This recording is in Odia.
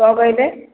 କଣ କହିଲେ